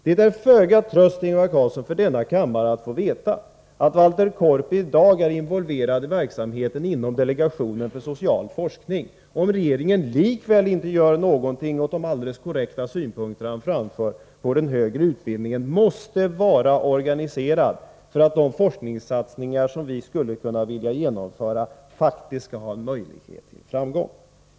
Det innebär föga tröst, Ingvar Carlsson, för denna kammare att få veta att Walter Korpi i dag är involverad i verksamheten inom delegationen för social forskning, om regeringen likväl inte gör någonting åt de helt korrekta synpunkter som han framför på hur den högre utbildningen måste vara organiserad för att de forskningssatsningar som vi vill genomföra skall ha möjlighet till framgång.